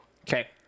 Okay